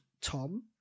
Tom